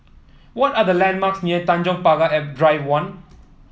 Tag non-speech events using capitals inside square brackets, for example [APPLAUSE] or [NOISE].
what are the landmarks near Tanjong Pagar [UNINTELLIGIBLE] Drive One